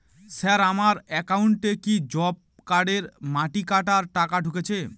Sir আমার একাউন্টে কি জব কার্ডের মাটি কাটার টাকা ঢুকেছে?